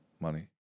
money